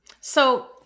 So-